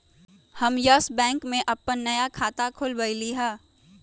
हम Yes Bank में अप्पन नया खाता खोलबईलि ह